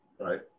right